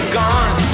gone